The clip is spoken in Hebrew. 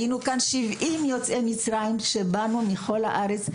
היינו כאן, 70 יוצאי מצרים, שבאנו מכל הארץ.